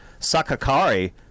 Sakakari